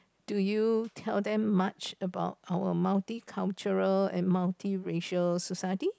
do you tell them much about our multicultural and multiracial society